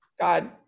God